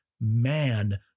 man